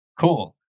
cool